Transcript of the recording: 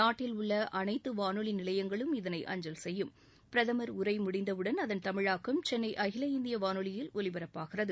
நாட்டில் உள்ள அனைத்து வானொலி நிலையங்களம் இதனை அஞ்சல் செய்யும் பிரதம் உரை முடிந்தவுடன் அதன் தமிழாக்கம் சென்னை அகில இந்திய வானொலியில் ஒலிபரப்பாகிறது